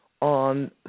on